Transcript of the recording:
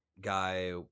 guy